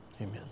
amen